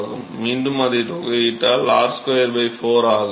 மீண்டும் அதை தொகையிட்டால் அது r 2 4 ஆகும்